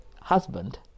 husband